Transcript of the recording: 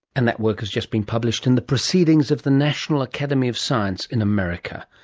and that work has just been published in the proceedings of the national academy of science in america.